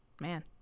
man